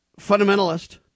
fundamentalist